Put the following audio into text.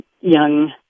young